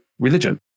Religion